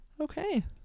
Okay